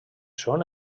són